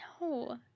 No